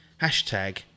hashtag